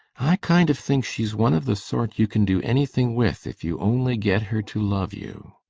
i kind of think she's one of the sort you can do anything with if you only get her to love you.